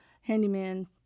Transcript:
handyman